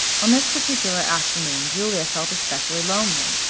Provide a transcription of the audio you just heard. on this particular afternoon julia felt especially lonely.